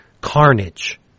carnage